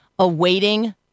awaiting